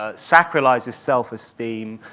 ah sacralizes self-esteem,